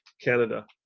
Canada